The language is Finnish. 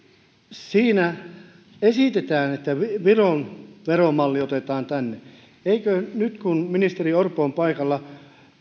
siinä esitetään että viron veromalli otetaan tänne eikö nyt kun ministeri orpo on paikalla